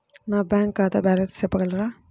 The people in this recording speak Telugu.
నా బ్యాంక్ ఖాతా బ్యాలెన్స్ చెప్పగలరా?